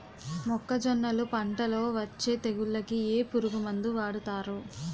మొక్కజొన్నలు పంట లొ వచ్చే తెగులకి ఏ పురుగు మందు వాడతారు?